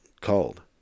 called